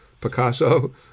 Picasso